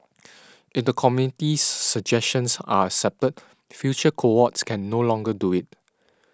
if the committee's suggestions are accepted future cohorts can no longer do it